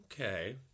Okay